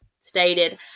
stated